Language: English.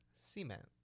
Cement